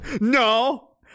No